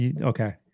okay